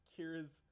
Kira's